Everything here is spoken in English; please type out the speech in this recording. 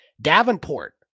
Davenport